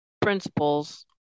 principles